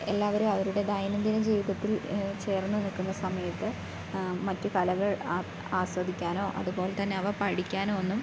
എല്ലാവരും അവരുടെ ദൈനം ദിന ജീവിതത്തിൽ ചേർന്ന് നിൽക്കുന്ന സമയത്ത് മറ്റ് കലകൾ ആസ്വദിക്കാനോ അതുപോലെ തന്നെ അവ പഠിക്കാനോ ഒന്നും